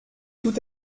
tout